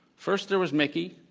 first there was mickey.